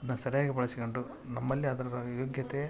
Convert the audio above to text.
ಅದನ್ನ ಸರಿಯಾಗಿ ಬಳಸ್ಕೊಂಡು ನಮ್ಮಲ್ಲಿ ಅದರ ಯೋಗ್ಯತೆ